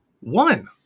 One